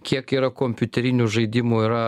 kiek yra kompiuterinių žaidimų yra